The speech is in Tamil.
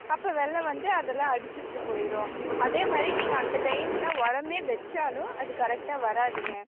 அப்போ வெள்ளம் வந்து அதெல்லாம் அடிச்சிகிட்டு போயிரும் அதேமாதிரி நீங்கள் அந்த டைமில் உடனே வச்சாலும் அது கரெக்டாக வராதுங்க